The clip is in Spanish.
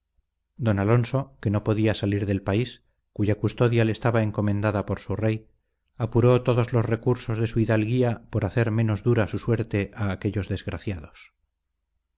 don alonso que no podía salir del país cuya custodia le estaba encomendada por su rey apuró todos los recursos de su hidalguía por hacer menos dura su suerte a aquellos desgraciados